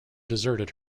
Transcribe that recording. deserted